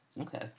Okay